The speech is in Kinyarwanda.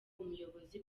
umuyobozi